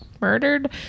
murdered